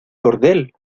cordel